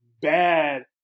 bad